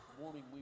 morning